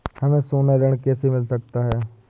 हमें सोना ऋण कैसे मिल सकता है?